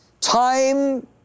Time